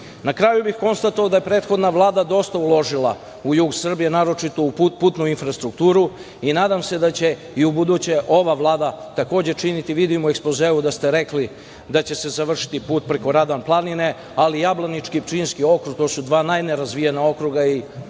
kraju bih konstatovao da je prethodna Vlada dosta uložila u jug Srbije, naročito u putnu infrastrukturu, i nadam se da će i ubuduće ova Vlada takođe činiti, vidimo u ekspozeu da ste rekli da će se završiti put preko Radan planine, ali Jablanički i Pčinjski okrug, to su dva najnerazvijenija okruga i